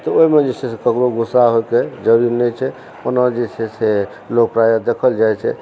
तऽ ओहिमे जे छै से ककरो गुस्सा होएके जरूरी नहि छै ओना जे छै से लोग प्रायः देखल जाइत छै